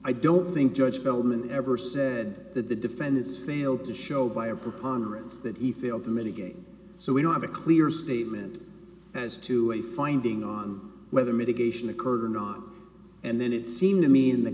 i don't think judge feldman ever said that the defendants failed to show by a preponderance that he failed to mitigate so we don't have a clear statement as to a finding on whether mitigation occurred or not and then it seems to me in the